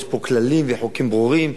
יש פה כללים וחוקים ברורים,